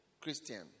Christian